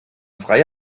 freie